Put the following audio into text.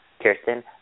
Kirsten